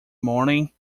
morning